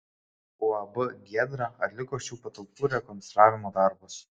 uab giedra atliko šių patalpų rekonstravimo darbus